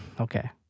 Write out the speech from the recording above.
Okay